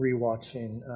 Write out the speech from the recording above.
rewatching